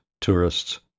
tourists